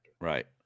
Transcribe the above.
Right